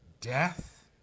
death